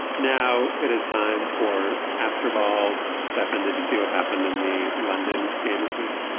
now it is time for after balls stefan did you see what happened in the london game this week.